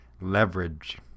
leverage